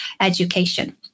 education